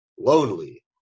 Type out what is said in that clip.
lonely